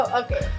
okay